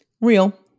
Real